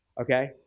okay